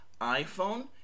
iPhone